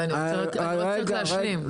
אני רוצה להשלים -- רגע,